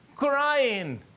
Crying